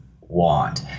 want